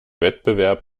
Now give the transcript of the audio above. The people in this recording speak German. wettbewerb